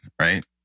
right